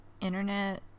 internet